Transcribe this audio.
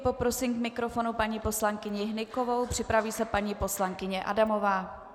Poprosím k mikrofonu paní poslankyni Hnykovou, připraví se paní poslankyně Adamová.